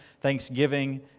Thanksgiving